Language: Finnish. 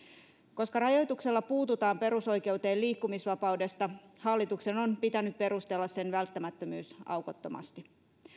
koska rajoituksella puututaan perusoikeuteen liikkumisvapaudesta hallituksen on pitänyt perustella sen välttämättömyys aukottomasti